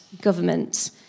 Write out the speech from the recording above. government